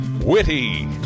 Witty